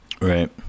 Right